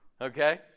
Okay